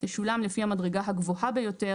תשולם לפי המדרגה הגבוהה ביותר,